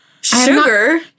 Sugar